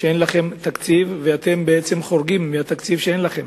כשאין לכם תקציב ואתם בעצם חורגים מהתקציב שאין לכם?